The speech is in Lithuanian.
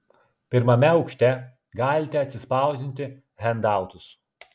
pirmame aukšte galite atsispausdinti hendautus